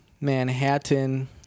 Manhattan